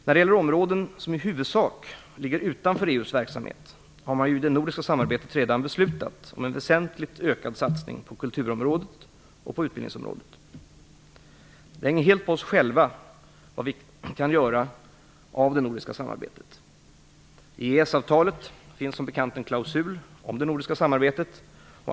När det gäller områden som i huvudsak ligger utanför EU:s verksamhet har man i det nordiska samarbetet ju redan beslutat om en väsentligt ökad satsning på kultur och utbildningsområdena. Det hänger helt på oss själva vad vi gör av det nordiska samarbetet. I EES-avtalet finns som bekant en klausul om det nordiska samarbetet.